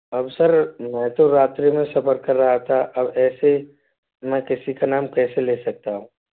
अब सर मैं तो रात्रि में सफर कर रहा था अब ऐसे मैं किसी का नाम कैसे ले सकता हूँ